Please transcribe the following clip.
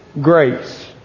grace